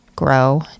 Grow